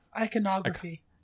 Iconography